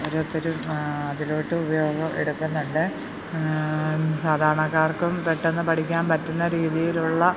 ഓരോത്തരും അതിലോട്ട് ഉപയോഗം എടുക്കുന്നുണ്ട് സാധാരണക്കാർക്കും പെട്ടെന്ന് പഠിക്കാൻ പറ്റുന്ന രീതിയിലുള്ള